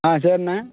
ஆ சரிண்ணே